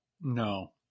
No